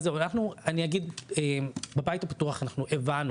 אז זהו, אנחנו אני אגיד, בבית הפתוח אנחנו הבנו